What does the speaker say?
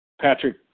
Patrick